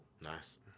Nice